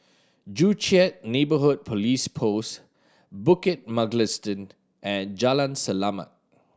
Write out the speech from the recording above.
Joo Chiat Neighbourhood Police Post Bukit Mugliston and Jalan Selamat